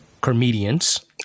comedians